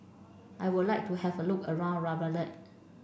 I would like to have a look around Reykjavik